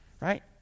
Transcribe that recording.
right